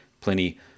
Plenty